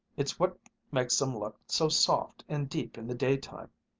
it's what makes em look so soft and deep in the daytime.